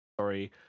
sorry